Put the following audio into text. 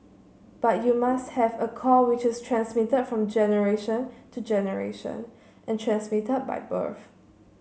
but you must have a core which is transmitted from generation to generation and transmitted by birth